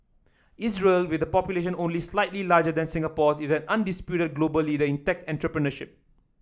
Israel with a population only slightly larger than Singapore is an undisputed global leader in tech entrepreneurship